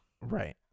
Right